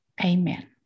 Amen